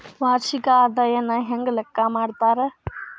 ವಾರ್ಷಿಕ ಆದಾಯನ ಹೆಂಗ ಲೆಕ್ಕಾ ಮಾಡ್ತಾರಾ?